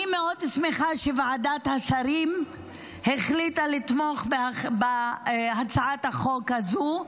אני מאוד שמחה שוועדת השרים החליטה לתמוך בהצעת החוק הזו,